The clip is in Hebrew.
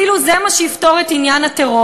כאילו זה מה שיפתור את עניין הטרור,